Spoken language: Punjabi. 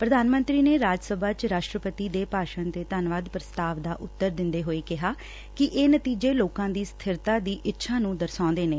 ਪ੍ਰਧਾਨ ਮੰਤਰੀ ਰਾਜ ਸਭਾ ਚ ਰਾਸ਼ਟਰਪਤੀ ਦੇ ਭਾਸ਼ਣ ਤੇ ਧੰਨਵਾਦ ਪ੍ਰਸਤਾਵ ਦਾ ਉੱਤਰ ਦਿੰਦੇ ਹੋਏ ਉਨਾਂ ਕਿਹਾ ਕਿ ਇਹ ਨਤੀਜੇ ਲੋਕਾਂ ਦੀ ਸਬਿਰਤਾ ਦੀ ਇੱਛਾ ਨੁੰ ਦਰਸਾਉਂਦੇ ਨੇ